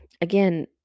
Again